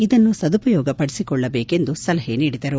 ಇದನ್ನು ಸದುಪಯೋಗ ಪಡಿಸಿಕೊಳ್ಳಬೇಕು ಎಂದು ಸಲಹೆ ನೀಡಿದರು